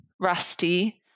Rusty